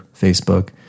Facebook